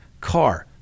car